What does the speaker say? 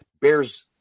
bears